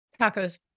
Tacos